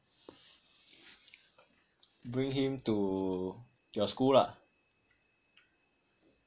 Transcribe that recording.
bring him to your school lah